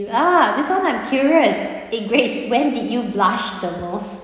ah this one I'm curious !hey! grace when did you blush the most